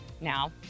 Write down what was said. Now